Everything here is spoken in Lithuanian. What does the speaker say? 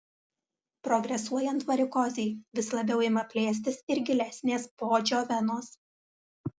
progresuojant varikozei vis labiau ima plėstis ir gilesnės poodžio venos